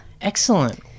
Excellent